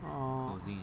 oh